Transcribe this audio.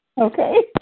Okay